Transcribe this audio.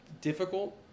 difficult